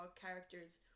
characters